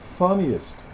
Funniest